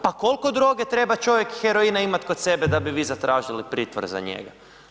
Pa koliko droge treba čovjek i heroina imat kod sebe da bi zatražili pritvor za njega?